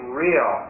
real